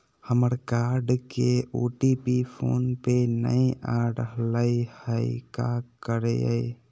हमर कार्ड के OTP phone पे नई आ रहलई हई, का करयई?